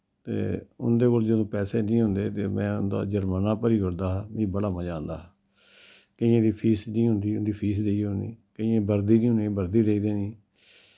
ते उन्दे कोल जदूं पैसे नेईं होंदे ते में उंदा जु्र्माना भरी ओड़दा हा मीं बड़ा मज़ा आंदा हा केइयें दी फीस देनी होंदी उंदी फीस देई ओड़नी केिइयें बर्दी नी होंदी बर्दी लेई देनी